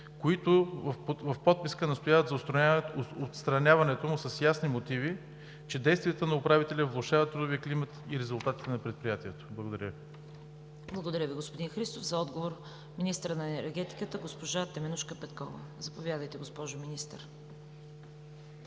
които в подписка настояват за отстраняването му с ясни мотиви, че действията на управителя влошават трудовия климат и резултатите на Предприятието? Благодаря Ви. ПРЕДСЕДАТЕЛ ЦВЕТА КАРАЯНЧЕВА: Благодаря Ви, господин Христов. За отговор – министърът на енергетиката госпожа Теменужка Петкова. Заповядайте, госпожо Министър.